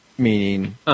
Meaning